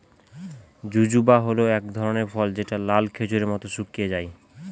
জুজুবা মানে হল এক ধরনের ফল যেটা লাল খেজুরের মত শুকিয়ে যায়